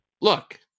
look